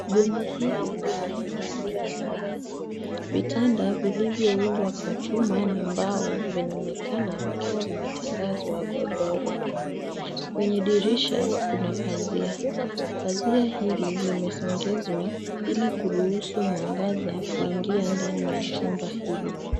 Bweni hili lina mazingira safi. Vitanda vilivyoundwa kwa chuma na mbao vinaonekana vikiwa vimetandazwa godoro. Kwenye dirisha kuna pazia. Pazia hili limesongeshwa ili kuruhusu mwangaza kuingia ndani ya chumba hili.